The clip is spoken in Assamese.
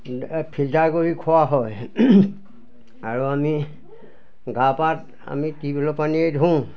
ফিল্টাৰ কৰি খোৱা হয় আৰু আমি গা পা আমি টিউৱ বেলৰ পানীয়ে ধোওঁ